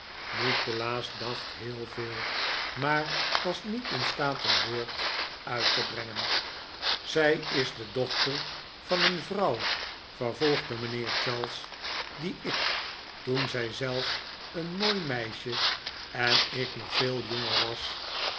nikolaas dacht heel veel maar was niet in staat een woord uit te brengen zij is de dochter van een vrouw vervolgde mijnheer charles die ik toen zij zelf een mooi meisje en ik nog veel jonger was